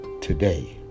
today